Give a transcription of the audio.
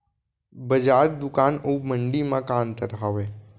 बजार, दुकान अऊ मंडी मा का अंतर हावे?